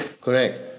Correct